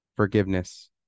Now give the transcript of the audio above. Forgiveness